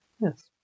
Yes